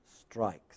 strikes